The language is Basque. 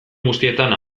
guztietan